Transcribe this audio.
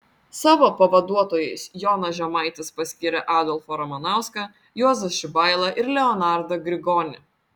savo pavaduotojais jonas žemaitis paskyrė adolfą ramanauską juozą šibailą ir leonardą grigonį